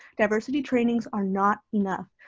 diversity trainings are not enough.